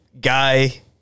guy